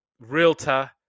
realtor